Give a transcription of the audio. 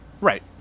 right